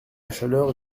chaleur